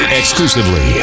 exclusively